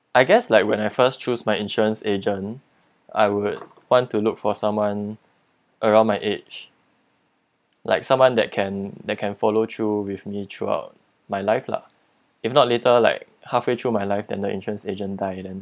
I guess like when I first choose my insurance agent I would want to look for someone around my age like someone that can that can follow through with me throughout my life lah if not later like halfway through my life then the insurance agent die then